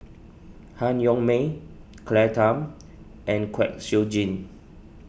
Han Yong May Claire Tham and Kwek Siew Jin